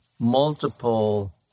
multiple